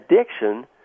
addiction